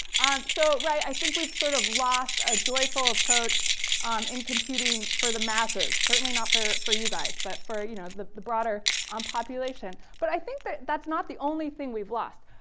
so i think we've sort of lost a joyful approach in computing for the masses. certainly not for for you guys. but for you know the the broader um population. but i think that's not the only thing we've lost.